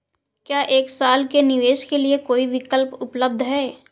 क्या एक साल के निवेश के लिए कोई विकल्प उपलब्ध है?